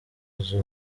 izo